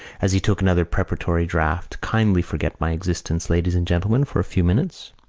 as he took another preparatory draught, kindly forget my existence, ladies and gentlemen, for a few minutes.